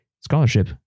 scholarship